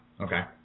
Okay